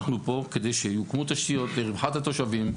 אנחנו פה כדי שיוקמו תשתיות לרווחת התושבים,